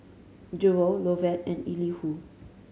Jewel Lovett and Elihu